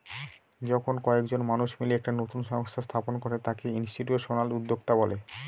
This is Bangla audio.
যখন কয়েকজন মানুষ মিলে একটা নতুন সংস্থা স্থাপন করে তাকে ইনস্টিটিউশনাল উদ্যোক্তা বলে